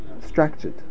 structured